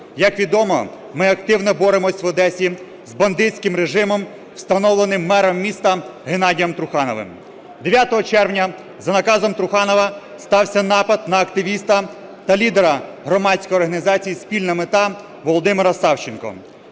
Як відомо, ми активно боремося в Одесі з бандитським режимом, встановленим мером міста Геннадієм Трухановим. 9 червня за наказом Труханова стався напад на активіста та лідера громадської організації "Спільна мета" Володимира Савченка.